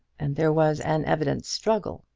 and there was an evident struggle,